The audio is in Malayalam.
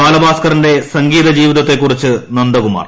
ബാലഭാസ്കറിന്റെ സംഗീതജീവിതത്തെ കുറിച്ച് നന്ദകുമാർ